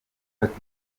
gufata